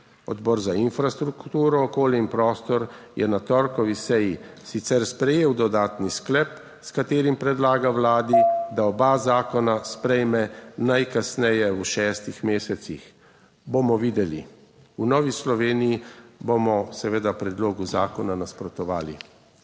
Odbor za infrastrukturo, okolje in prostor je na torkovi seji sicer sprejel dodatni sklep, s katerim predlaga Vladi, da oba zakona sprejme najkasneje v šestih mesecih; bomo videli. V Novi Sloveniji bomo seveda predlogu zakona nasprotovali.